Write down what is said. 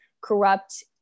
corrupt